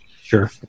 Sure